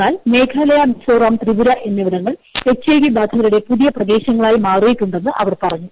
എന്നാൽ മേഘാലയ മിസോറാം ത്രിപൂര എന്നിവിടങ്ങൾ H I V ബാധിതരുടെ പുതിയ പ്രദേശങ്ങളായി മാറിയിട്ടുടെ ന്ന് അവർ പറഞ്ഞു